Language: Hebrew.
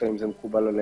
יתייחסו.